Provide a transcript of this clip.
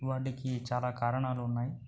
వాటికి చాలా కారణాలు ఉన్నాయి